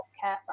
care